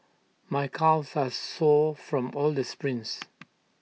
my calves are sore from all the sprints